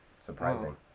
Surprising